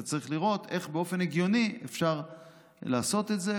אתה צריך לראות איך באופן הגיוני אפשר לעשות את זה,